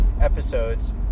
episodes